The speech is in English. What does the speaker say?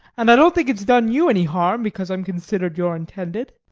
and i don't think it's done you any harm because i'm considered your intended.